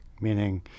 meaning